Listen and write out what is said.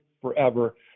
forever